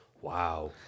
Wow